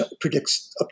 predicts